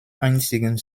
einzigen